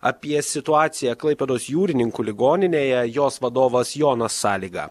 apie situaciją klaipėdos jūrininkų ligoninėje jos vadovas jonas sąlyga